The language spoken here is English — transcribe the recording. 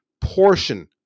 portion